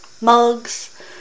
Mugs